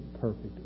perfect